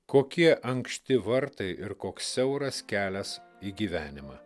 kokie ankšti vartai ir koks siauras kelias į gyvenimą